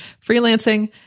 freelancing